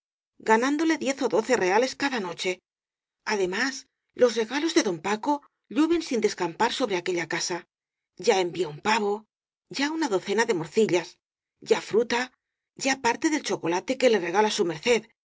ganándole diez ó doce reales cada noche además los regalos de don paco llueven sin descampar sobre aquella casa ya envía un pavo ya una docena de morcillas ya fruta ya parte del cho colate que le regala su merced